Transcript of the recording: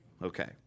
Okay